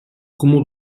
кому